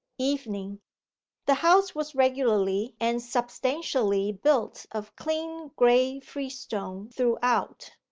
evening the house was regularly and substantially built of clean grey freestone throughout,